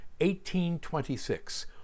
1826